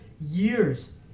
years